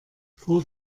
vor